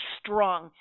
strong